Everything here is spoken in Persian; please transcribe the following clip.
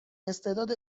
استعداد